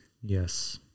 Yes